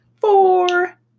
four